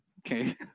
Okay